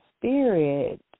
Spirit